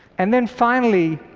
and then finally,